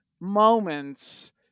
moments